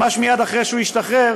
ממש מייד אחרי שהוא השתחרר,